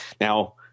Now